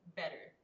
better